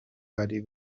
hari